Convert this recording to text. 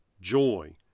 joy